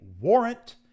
warrant